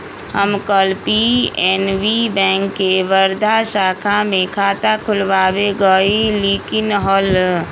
हम कल PNB bank के वर्धा शाखा में खाता खुलवावे गय लीक हल